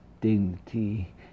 dignity